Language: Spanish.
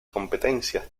competencias